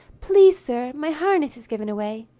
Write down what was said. please, sir, my harness has given away.